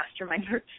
masterminders